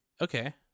Okay